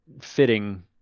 fitting